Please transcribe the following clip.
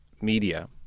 media